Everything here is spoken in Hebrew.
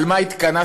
על מה התכנסנו